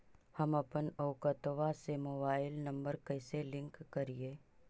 हमपन अकौउतवा से मोबाईल नंबर कैसे लिंक करैइय?